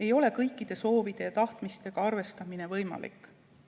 ei ole kõikide soovide ja tahtmistega arvestamine võimalik.